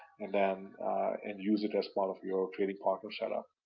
and then and use it as part of your trading partner setup.